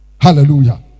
Hallelujah